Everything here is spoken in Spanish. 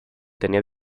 tenía